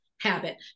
habit